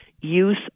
use